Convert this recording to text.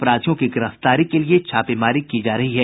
अपराधियों की गिरफ्तारी के लिये छापेमारी जारी है